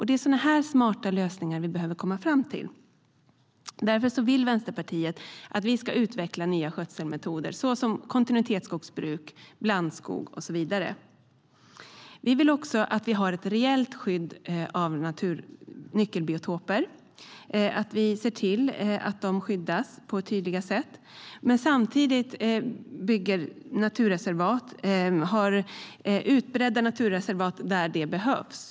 Det är sådana här smarta lösningar vi behöver komma fram till. Vi vill också ha ett tydligt skydd av nyckelbiotoper och att det skapas utbredda naturreservat där det behövs.